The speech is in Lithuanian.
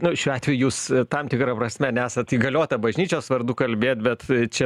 nu šiuo atveju jūs tam tikra prasme nesat įgaliota bažnyčios vardu kalbėt bet čia